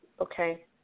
Okay